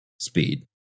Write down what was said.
speed